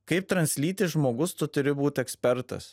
kaip translytis žmogus tu turi būt ekspertas